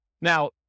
Now